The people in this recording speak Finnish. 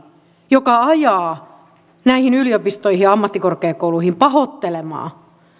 joka ajaa näihin yliopistoihin ja ammattikorkeakouluihin pahoittelemaan